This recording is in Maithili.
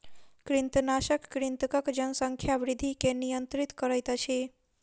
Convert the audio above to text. कृंतकनाशक कृंतकक जनसंख्या वृद्धि के नियंत्रित करैत अछि